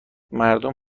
مردم